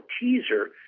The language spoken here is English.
teaser